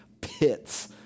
pits